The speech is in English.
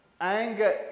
anger